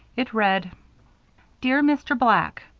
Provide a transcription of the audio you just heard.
it read dear mr. black,